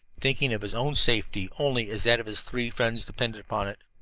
thinking of his own safety only as that of his three friends depended upon it.